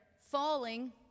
falling